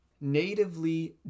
natively